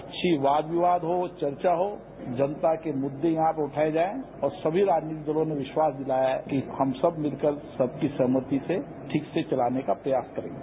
अच्छी वाद विवाद हो चर्चा हो जनता के मुद्दे यहां पर उठाए जाएं और सभी राजनीतिक दलों ने विश्वास दिलाया है कि हम सब मिलकर सबकी सहमति से ठीक से चलाने का प्रयास करेंगे